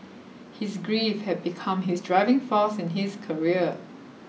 his grief had become his driving force in his career